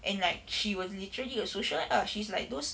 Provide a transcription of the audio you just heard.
and like she was literally a socialite ah she's like those